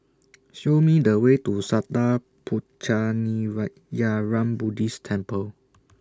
Show Me The Way to Sattha Buddhist Temple